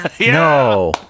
No